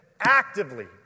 actively